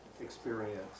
experience